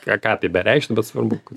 ką ką tai bereikštų bet svarbu kad